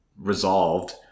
resolved